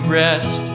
rest